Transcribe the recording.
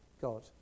God